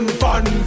fun